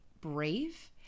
brave